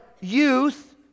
youth